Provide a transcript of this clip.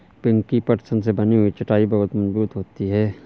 पिंकी पटसन से बनी हुई चटाई बहुत मजबूत होती है